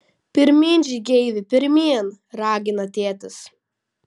pirmyn žygeivi pirmyn ragina tėtis